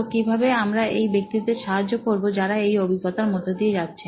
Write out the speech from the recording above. তো কিভাবে আমরা এই ব্যক্তিদের সাহায্য করবো যারা এই অভিজ্ঞতার মধ্য দিয়ে যাচ্ছেন